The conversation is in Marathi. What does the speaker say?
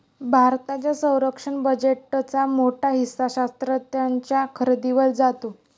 भारताच्या संरक्षण बजेटचा मोठा हिस्सा शस्त्रास्त्रांच्या खरेदीवर जातो